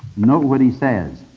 note what he says.